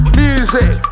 music